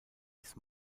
ist